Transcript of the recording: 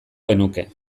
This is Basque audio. genuke